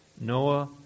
Noah